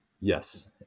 Yes